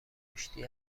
رشدی